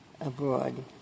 abroad